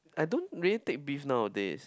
I don't really take beef nowadays